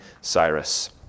Cyrus